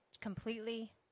completely